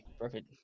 Perfect